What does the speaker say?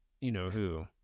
you-know-who